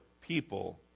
people